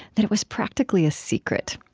that it was practically a secret.